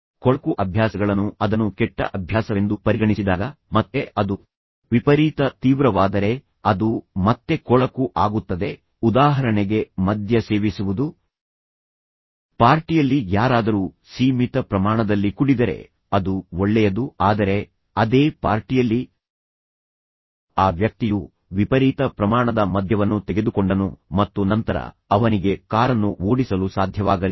ಕೊಳಕು ಅಭ್ಯಾಸಗಳನ್ನು ಅದನ್ನು ಕೆಟ್ಟ ಅಭ್ಯಾಸವೆಂದು ಪರಿಗಣಿಸಿದಾಗ ಮತ್ತೆ ಅದು ವಿಪರೀತ ತೀವ್ರವಾದರೆ ಅದು ಮತ್ತೆ ಕೊಳಕು ಆಗುತ್ತದೆ ಉದಾಹರಣೆಗೆ ಮದ್ಯ ಸೇವಿಸುವುದು ಪಾರ್ಟಿಯಲ್ಲಿ ಯಾರಾದರೂ ಸೀಮಿತ ಪ್ರಮಾಣದಲ್ಲಿ ಕುಡಿದರೆ ಅದು ಒಳ್ಳೆಯದು ಆದರೆ ಅದೇ ಪಾರ್ಟಿಯಲ್ಲಿ ಆ ವ್ಯಕ್ತಿಯು ವಿಪರೀತ ಪ್ರಮಾಣದ ಮದ್ಯವನ್ನು ತೆಗೆದುಕೊಂಡನು ಮತ್ತು ನಂತರ ಅವನಿಗೆ ಕಾರನ್ನು ಓಡಿಸಲು ಸಾಧ್ಯವಾಗಲಿಲ್ಲ